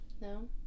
No